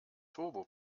turbo